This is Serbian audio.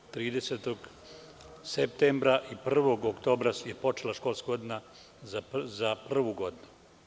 Dana 30. septembra i 1. oktobra je počela školska godina za prvu godinu.